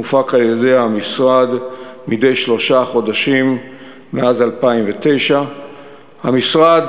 המופק על-ידי המשרד מדי שלושה חודשים מאז 2009. המשרד